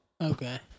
Okay